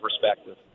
perspective